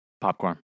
Popcorn